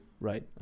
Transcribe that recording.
Right